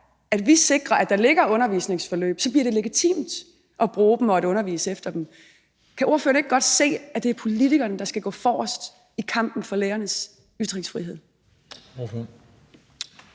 man er sikker på, at der ligger undervisningsforløb, bliver det legitimt at bruge dem og undervise efter dem? Kan ordføreren ikke godt se, at det er politikerne, der skal gå forrest i kampen for lærernes ytringsfrihed?